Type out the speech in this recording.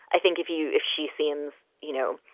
i think if you if she seems, you know,